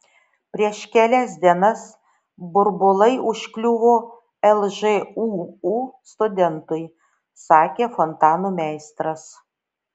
prieš kelias dienas burbulai užkliuvo lžūu studentui sakė fontanų meistras